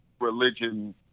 religion